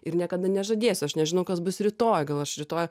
ir niekada nežadėsiu aš nežinau kas bus rytoj gal aš rytoj